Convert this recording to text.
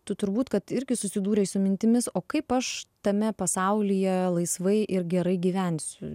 tu turbūt kad irgi susidūrei su mintimis o kaip aš tame pasaulyje laisvai ir gerai gyvensiu